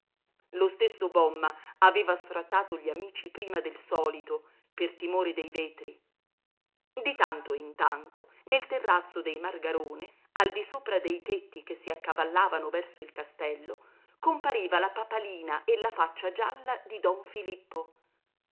lo stesso bomma aveva sfrattato gli amici prima del solito per timore dei vetri di tanto in tanto nel terrazzo dei margarone al disopra dei tetti che si accavallavano verso il castello compariva la papalina e la faccia gialla di don filippo